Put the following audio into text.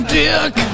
dick